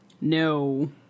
no